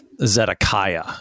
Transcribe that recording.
Zedekiah